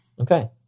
Okay